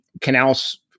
Canals